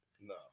No